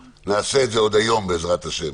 נעשה את זה עוד היום, בעזרת השם.